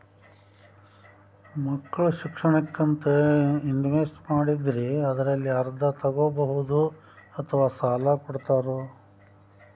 ಮಕ್ಕಳ ಶಿಕ್ಷಣಕ್ಕಂತ ಇನ್ವೆಸ್ಟ್ ಮಾಡಿದ್ದಿರಿ ಅದರಲ್ಲಿ ಅರ್ಧ ತೊಗೋಬಹುದೊ ಅಥವಾ ಸಾಲ ಕೊಡ್ತೇರೊ?